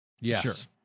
Yes